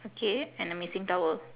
okay and a missing towel